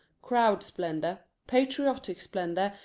crowd splendor patriotic splendor,